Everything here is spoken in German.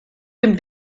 dem